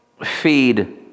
feed